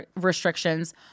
restrictions